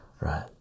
Right